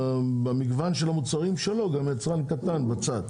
מגוון המוצרים של אסם גם מוצרים של יצרן קטן בצד.